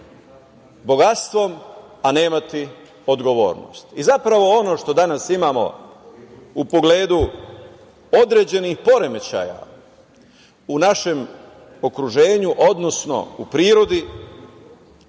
bogatstvom, a nemati odgovornost i zapravo ono što danas imamo u pogledu određenih poremećaja u našem okruženju, odnosno u prirodi